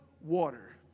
water